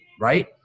right